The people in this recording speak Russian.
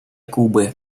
кубы